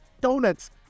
donuts